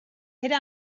era